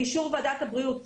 באישור ועדת הבריאות.